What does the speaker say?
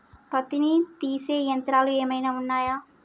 పత్తిని తీసే యంత్రాలు ఏమైనా ఉన్నయా?